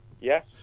Yes